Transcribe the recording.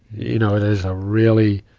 you know, there's a really,